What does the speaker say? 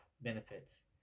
benefits